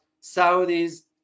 Saudi's